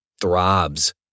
throbs